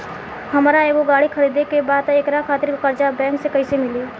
हमरा एगो गाड़ी खरीदे के बा त एकरा खातिर कर्जा बैंक से कईसे मिली?